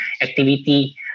activity